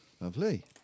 Lovely